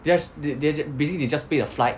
they just they they just basically pay the flight